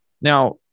Now